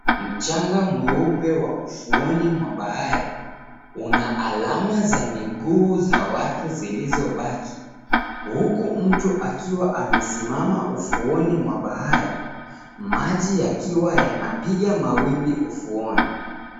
Mchanga mweupe wa ufuoni mwa bahari una alama za miguu za watu zilizobaki huku mtu akiwa amesimama ufuoni mwa bahari, maji yakiwa yanipiga mawimbi ufuoni.